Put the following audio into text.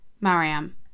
Mariam